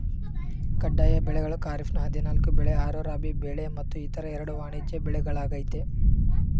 ಕಡ್ಡಾಯ ಬೆಳೆಗಳು ಖಾರಿಫ್ನ ಹದಿನಾಲ್ಕು ಬೆಳೆ ಆರು ರಾಬಿ ಬೆಳೆ ಮತ್ತು ಇತರ ಎರಡು ವಾಣಿಜ್ಯ ಬೆಳೆಗಳಾಗಯ್ತೆ